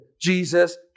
Jesus